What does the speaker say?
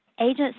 Agents